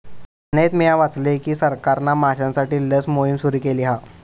चेन्नईत मिया वाचलय की सरकारना माश्यांसाठी लस मोहिम सुरू केली हा